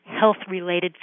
health-related